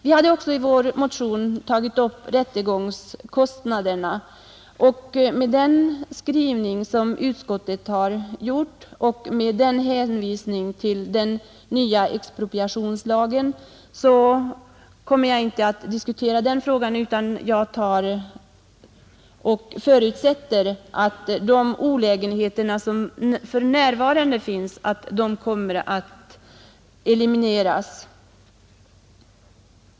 Vi hade också i vår motion tagit upp frågan om rättegångskostnaderna, men med hänsyn till utskottets skrivning liksom till den hänvisning som gjorts till den nya expropropriationslagen kommer jag inte att diskutera den frågan, utan jag förutsätter att de olägenheter som för närvarande finns kommer att elimineras.